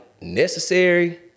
necessary